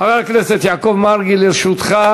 חבר הכנסת יעקב מרגי, לרשותך